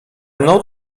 mną